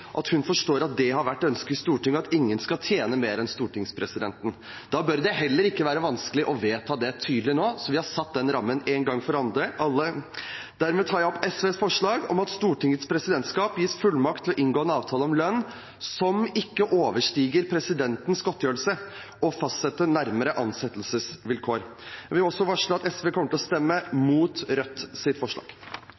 at hun forstår at det har vært ønsket i Stortinget at ingen skal tjene mer enn stortingspresidenten. Da bør det heller ikke være vanskelig å vedta det tydelig nå, så vi har satt den rammen én gang for alle. Derfor tar jeg opp SVs forslag, som lyder: «Stortingets presidentskap gis fullmakt til å inngå avtale om lønn, som ikke overstiger presidentens godtgjørelse, og fastsette nærmere ansettelsesvilkår.» Jeg vil også varsle at SV kommer til å stemme